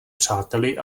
přáteli